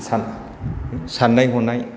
साननाय हनाय